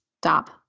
stop